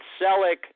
Selleck